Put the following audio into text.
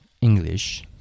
English